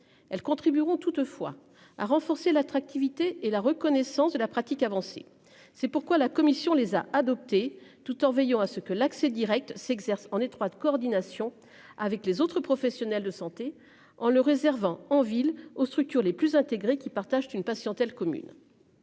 elles contribueront toutefois à renforcer l'attractivité et la reconnaissance de la pratique avancée. C'est pourquoi la commission les a adopté tout en veillant à ce que l'accès Direct s'exerce en étroite coordination avec les autres professionnels de santé en le réservant en ville aux structures les plus intégrés, qui partagent une passion telle commune.